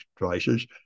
devices